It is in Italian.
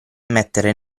mettere